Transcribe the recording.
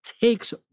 takes